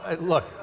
look